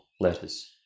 letters